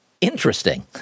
interesting